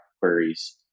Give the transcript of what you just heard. queries